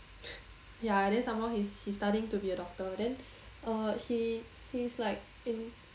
ya and then some more he's he's studying to be a doctor then uh he he's like in